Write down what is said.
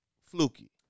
Fluky